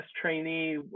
trainee